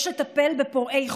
יש לטפל בפורעי חוק,